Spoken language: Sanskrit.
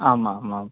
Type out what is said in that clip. आम् आम् आम्